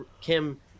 Kim